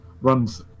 runs